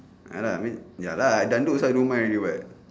ya lah I mean ya lah dangdut also I don't mind already [what]